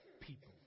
people